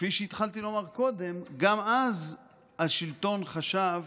כפי שהתחלתי לומר קודם, גם אז השלטון חשב